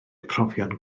profion